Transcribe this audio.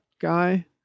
guy